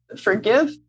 forgive